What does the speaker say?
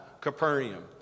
Capernaum